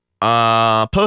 post